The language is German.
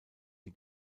die